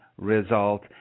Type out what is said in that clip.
result